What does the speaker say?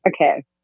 Okay